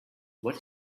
what